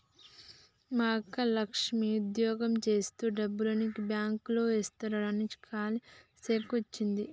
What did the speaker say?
మా అక్క లక్ష్మి ఉద్యోగం జేత్తు డబ్బుల్ని బాంక్ లో ఏస్కోడానికి కాలీ సెక్కు ఇచ్చింది